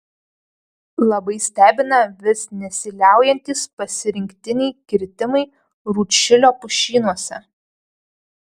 labai stebina vis nesiliaujantys pasirinktiniai kirtimai rūdšilio pušynuose